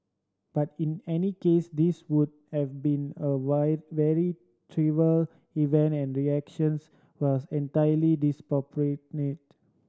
but in any case this would have been a vary very trivial event and reactions was entirely disproportionate